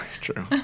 true